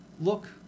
look